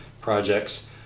projects